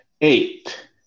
eight